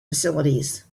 facilities